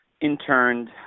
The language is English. interned